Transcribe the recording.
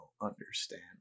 understand